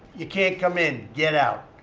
you can't come in. get out.